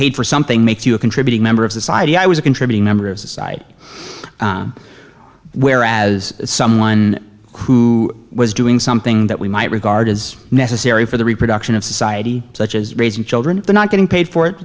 paid for something makes you a contributing member of society i was a contributing member of society whereas someone who was doing something that we might regard as necessary for the reproduction of society such as raising children not getting paid for it